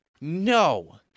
No